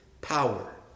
power